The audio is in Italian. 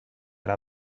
alla